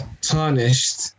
tarnished